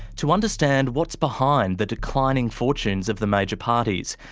to understand what's behind the declining fortunes of the major parties,